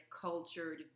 cultured